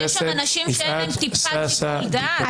שיש אנשים שאין להם טיפת שיקול דעת?